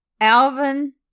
Alvin